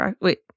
Wait